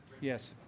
Yes